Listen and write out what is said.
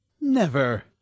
Never